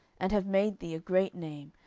and have made thee a great name,